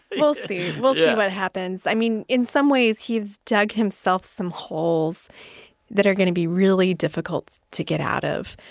we'll see. we'll see yeah what happens. i mean, in some ways he has dug himself some holes that are going to be really difficult to get out of.